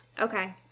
Okay